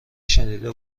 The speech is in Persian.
شنیده